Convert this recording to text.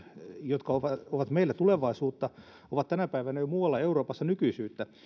jotka ovat meillä tulevaisuutta ovat jo tänä päivänä muualla euroopassa nykyisyyttä